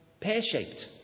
pear-shaped